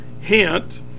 hint